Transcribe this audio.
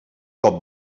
cop